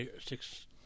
six